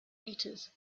meters